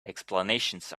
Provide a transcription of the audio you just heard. explanations